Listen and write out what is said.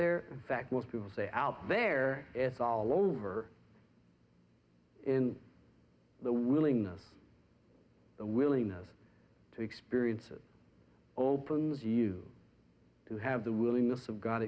there in fact most people say out there it's all over in the willingness the willingness to experience it opens you to have the willingness of go